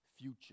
future